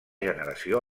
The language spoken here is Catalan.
generació